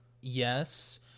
yes